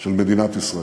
של מדינת ישראל.